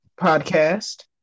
podcast